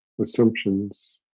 assumptions